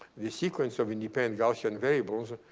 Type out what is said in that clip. the sequence of independent gaussian variables,